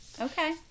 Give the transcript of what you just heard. Okay